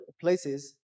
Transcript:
places